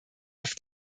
auf